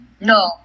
no